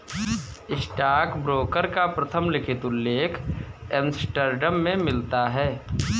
stockbroker का प्रथम लिखित उल्लेख एम्स्टर्डम में मिलता है